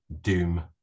doom